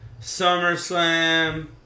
SummerSlam